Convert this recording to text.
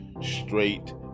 straight